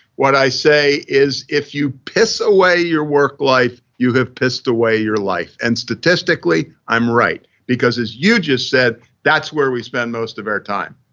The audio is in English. what is say is if you piss away your work life you have pissed away your life. and statistically, i'm right because as you just said that's where we spend most of our time.